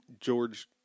George